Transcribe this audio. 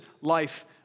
life